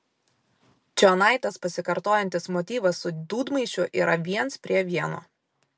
čionai tas pasikartojantis motyvas su dūdmaišiu yra viens prie vieno